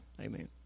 Amen